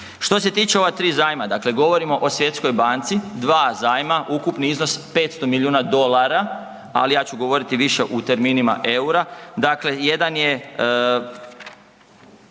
Što se tiče ova tri zajma, dakle govorimo o Svjetskoj banci, dva zajma ukupni iznos 500 milijuna dolara, ali ja ću govoriti više u terminima eura, dakle jedan je